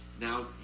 now